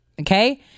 okay